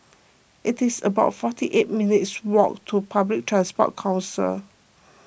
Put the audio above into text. it is about forty eight minutes' walk to Public Transport Council